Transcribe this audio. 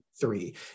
Three